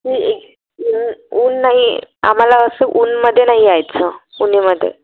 नाही ऊन्ह नाही आम्हाला असं उन्हामध्ये नाही यायचं उन्हामध्ये